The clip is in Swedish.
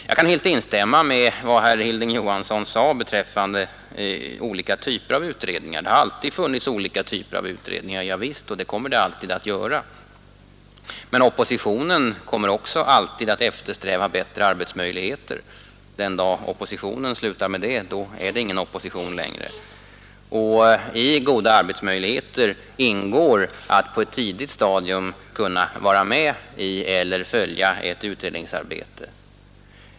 Jag kan helt instämma i vad herr Hilding Johansson sade beträffande olika typer av utredningar. Det har alltid funnits olika typer av utredningar och det kommer det alltid att göra. Men oppositionen kommer också alltid att eftersträva bättre arbetsmöjligheter. Den dag oppositionen slutar med det är den ingen opposition längre. Och i goda arbetsmöjligheter ingår att på ett tidigt stadium kunna vara med i eller följa ett utredningsarbete.